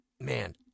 man